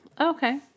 Okay